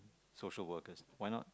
social workers why not